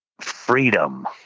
freedom